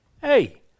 Hey